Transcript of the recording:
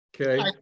Okay